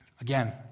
Again